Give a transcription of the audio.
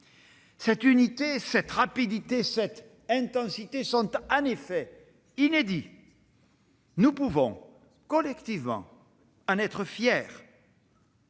Cette unité, cette rapidité, cette intensité sont inédites. Nous pouvons collectivement en être fiers.